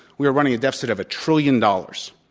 we are running a deficit of a trillion dollars.